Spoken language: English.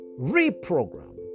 reprogram